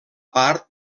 part